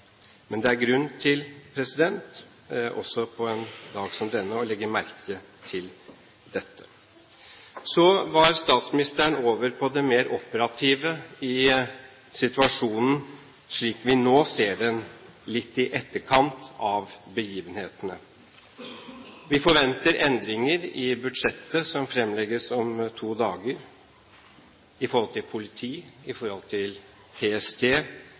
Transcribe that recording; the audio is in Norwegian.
Men det er grunn til også på en dag som denne å legge merke til dette. Så var statsministeren over på det mer operative i situasjonen, slik vi nå ser den litt i etterkant av begivenhetene. Vi forventer endringer i budsjettet som fremlegges om to dager når det gjelder politi, PST,